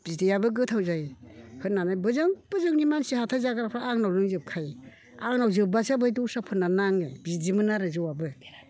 बिदैयाबो गोथाव जायो होननानै बोजों बोजोंनि मानसि हाथाय जाग्राफ्रा आंनाव लोंजोब खायो आंनाव जोबब्लासो बै दस्राफोरना नाङो बिदिमोन आरो जौआबो